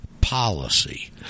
policy